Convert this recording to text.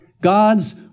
God's